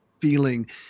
feeling